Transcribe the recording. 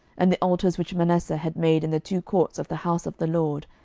and the altars which manasseh had made in the two courts of the house of the lord,